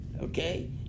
Okay